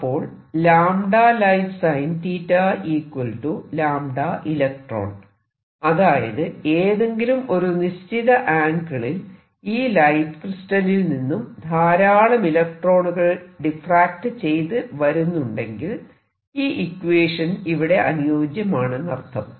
അപ്പോൾ അതായത് ഏതെങ്കിലും ഒരു നിശ്ചിത ആംഗിളിൽ ഈ ലൈറ്റ് ക്രിസ്റ്റലിൽ നിന്നും ധാരാളം ഇലക്ട്രോണുകൾ ഡിഫ്റാക്ട് ചെയ്ത് വരുന്നുണ്ടെങ്കിൽ ഈ ഇക്വേഷൻ ഇവിടെ അനുയോജ്യമാണെന്നർത്ഥം